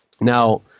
Now